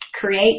create